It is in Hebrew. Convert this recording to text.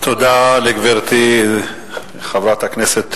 תודה לגברתי, חברת הכנסת